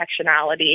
intersectionality